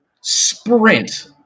sprint